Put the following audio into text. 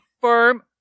firm